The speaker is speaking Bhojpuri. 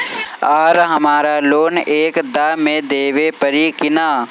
आर हमारा लोन एक दा मे देवे परी किना?